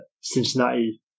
Cincinnati